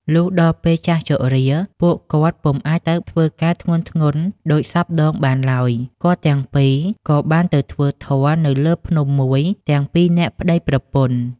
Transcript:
លុះដល់ពេលចាស់ជរា ពួកគាត់ពុំអាចទៅធ្វើការធ្ងន់ៗដូចសព្វដងបានឡើយ គាត់ទាំងពីរក៏បានទៅធ្វើធម៌នៅលើភ្នំមួយទាំងពីរនាក់ប្ដីប្រពន្ធ។។